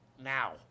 now